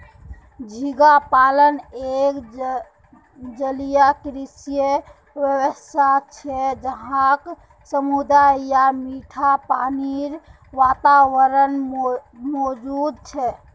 झींगा पालन एक जलीय कृषि व्यवसाय छे जहाक समुद्री या मीठा पानीर वातावरणत मौजूद छे